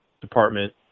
Department